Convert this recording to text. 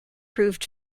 proved